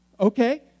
okay